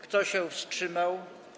Kto się wstrzymał?